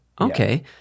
Okay